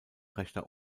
rechter